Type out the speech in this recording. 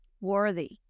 worthy